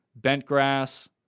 Bentgrass